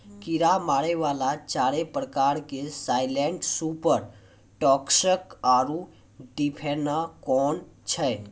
कीड़ा मारै वाला चारि प्रकार के साइलेंट सुपर टॉक्सिक आरु डिफेनाकौम छै